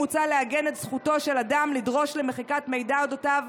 מוצע לעגן את זכותו של אדם לדרוש מחיקת מידע על אודותיו,